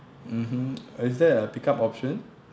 mmhmm is there a pick up option